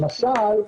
למשל,